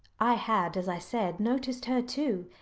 i had, as i said, noticed her too,